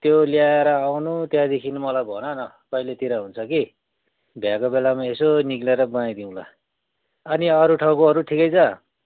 त्यो ल्याएर आउनु अन्त त्यहाँदेखि मलाई भन न कहिलेतिर हुन्छ कि भ्याएको बेलामा यसो निकलेर बनाइदिउँला अनि अरू ठाउँको अरू ठिकै छ